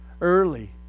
early